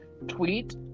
tweet